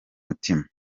mutima